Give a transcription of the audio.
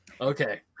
Okay